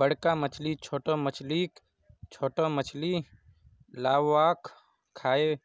बड़का मछली छोटो मछलीक, छोटो मछली लार्वाक खाएं